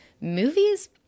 movies